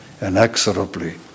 inexorably